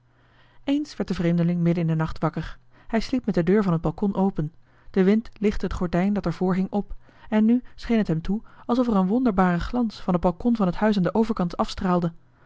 eens werd de vreemdeling midden in den nacht wakker hij sliep met de deur van het balkon open de wind lichtte het gordijn dat er voor hing op en nu scheen het hem toe alsof er een wonderbare glans van het balkon van het huis aan den overkant afstraalde